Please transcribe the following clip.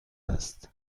است